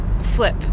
flip